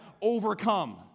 overcome